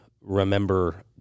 remember